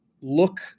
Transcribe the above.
look